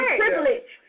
privilege